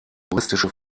juristische